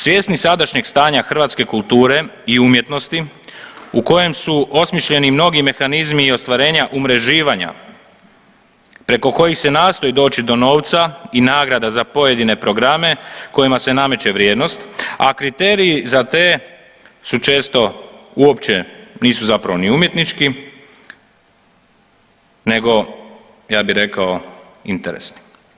Svjesni sadašnjeg stanja hrvatske kulture i umjetnosti u kojem su osmišljeni mnogi mehanizmi i ostvarenja umreživanja preko kojih se nastoji doći do novca i nagrada za pojedine programe kojima se nameće vrijednost, a kriteriji za te su često uopće nisu zapravo ni umjetnički, nego ja bih rekao interesni.